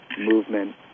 movement